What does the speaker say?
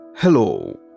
Hello